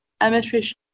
Administration